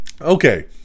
Okay